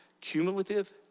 cumulative